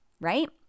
right